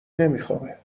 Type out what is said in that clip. نمیخوابه